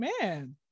man